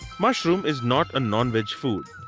mushroom is not a non-veg food.